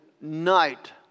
night